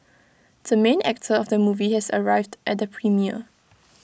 the main actor of the movie has arrived at the premiere